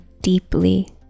deeply